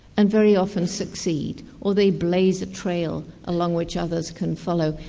and very often succeed, or they blaze a trail along which others can follow.